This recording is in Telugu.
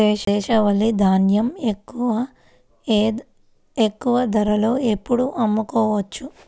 దేశవాలి ధాన్యం ఎక్కువ ధరలో ఎప్పుడు అమ్ముకోవచ్చు?